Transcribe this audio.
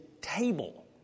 table